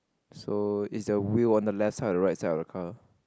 so is the wheel on the left side or right side of the car